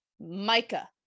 Micah